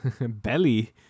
Belly